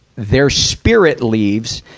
their spirit leaves.